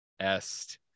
Est